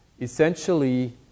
Essentially